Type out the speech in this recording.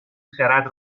خرد